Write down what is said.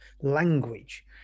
language